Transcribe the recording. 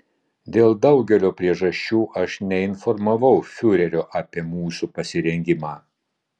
dėl daugelio priežasčių aš neinformavau fiurerio apie mūsų pasirengimą